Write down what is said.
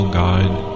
guide